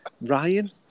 Ryan